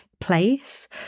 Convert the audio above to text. place